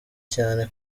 cyane